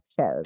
shows